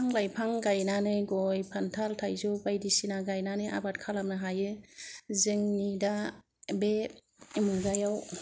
बिफां लाइफां गायनानै गय फाथै खानथाल थाइजौ बायदिसिना गायनानै आबाद खालामनो हायो जोंनि दा बे मुगायाव